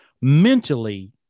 Mentally